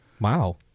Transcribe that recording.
wow